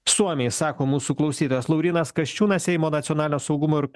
suomiais sako mūsų klausytojas laurynas kasčiūnas seimo nacionalinio saugumo ir